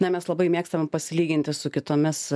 na mes labai mėgstam pasilyginti su kitomis